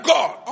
God